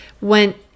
went